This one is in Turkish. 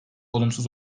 olumsuz